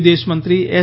વિદેશમંત્રી એસ